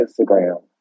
Instagram